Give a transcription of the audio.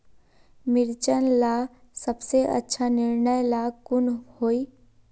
मिर्चन ला सबसे अच्छा निर्णय ला कुन होई?